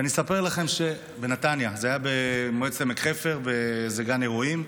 זה היה במועצת עמק חפר באיזה גן אירועים.